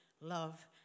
love